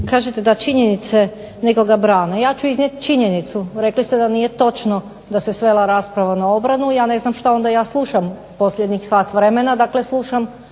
kažete da činjenice da nekoga brane. Ja ću iznijeti činjenicu rekli ste da nije točno da se svela rasprava na obranu. Ja ne znam što ja slušam posljednjih sat vremena,